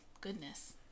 Goodness